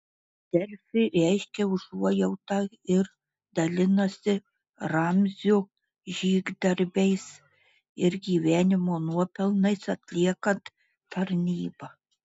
delfi reiškia užuojautą ir dalinasi ramzio žygdarbiais ir gyvenimo nuopelnais atliekant tarnybą